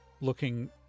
looking